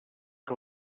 que